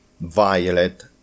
violet